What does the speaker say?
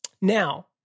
Now